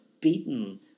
beaten